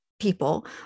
people